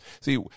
See